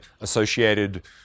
associated